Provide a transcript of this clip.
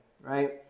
right